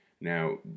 Now